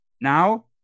Now